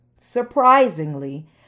Surprisingly